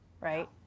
Right